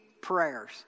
prayers